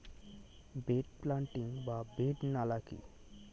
Bed planting বা bed নালা কি?